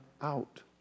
out